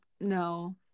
no